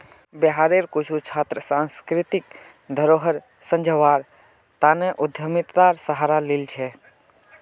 बिहारेर कुछु छात्र सांस्कृतिक धरोहर संजव्वार तने उद्यमितार सहारा लिल छेक